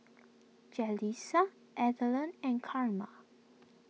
Jalissa Alden and Carma